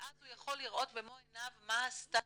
ואז הוא יכול לראות במו עיניו מה הסטטוס.